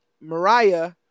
Mariah